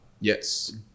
Yes